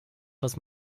was